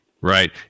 Right